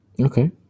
Okay